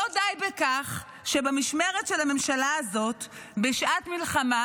לא די בכך שבמשמרת של הממשלה הזאת בשעת מלחמה